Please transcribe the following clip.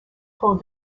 paul